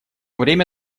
время